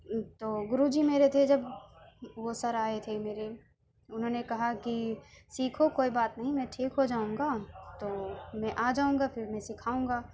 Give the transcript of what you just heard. تو گرو جی میرے تھے جب وہ سر آئے تھے میرے انہوں نے کہا کہ سیکھو کوئی بات نہیں میں ٹھیک ہو جاؤں گا تو میں آ جاؤں گا پھر میں سکھاؤں گا